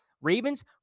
ravens